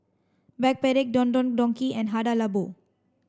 Backpedic Don Don Donki and Hada Labo